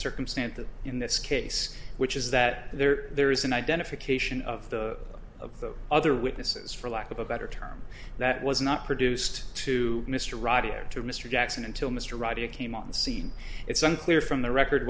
circumstance in this case which is that there there is an identification of the of the other witnesses for lack of a better term that was not produced to mr ravi or to mr jackson until mr ryder came on the scene it's unclear from the record